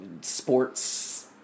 sports